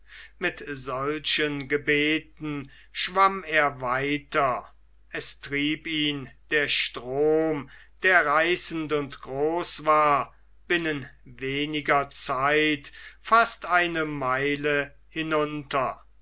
mit solchen gebeten schwamm er weiter es trieb ihn der strom der reißend und groß war binnen weniger zeit fast eine meile hinunter